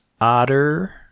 Otter